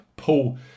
Paul